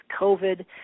COVID